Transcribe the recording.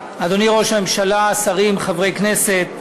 אדוני ראש הממשלה, שרים, חברי כנסת,